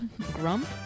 Grump